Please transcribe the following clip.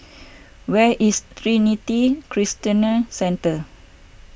where is Trinity Christian Centre